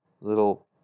little